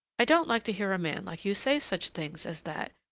i don't like to hear a man like you say such things as that,